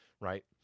right